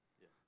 Yes